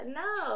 no